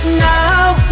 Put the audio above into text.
now